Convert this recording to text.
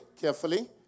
carefully